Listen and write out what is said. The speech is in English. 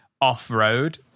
off-road